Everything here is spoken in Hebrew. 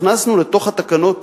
הכנסנו לתוך התקנות